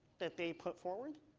that they put forward?